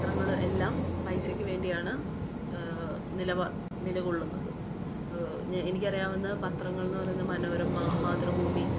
പത്രങ്ങള് എല്ലാം പൈസക്ക് വേണ്ടിയാണ് നിലകൊള്ളുന്നത് എനിക്കറിയാവുന്ന പത്രങ്ങൾ എന്ന് പറയുന്ന മനോരമ മാതൃഭൂമി